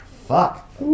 Fuck